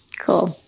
Cool